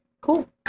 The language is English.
Cool